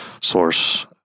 source